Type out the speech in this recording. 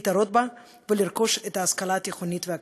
להתערות בה ולרכוש השכלה תיכונית ואקדמית.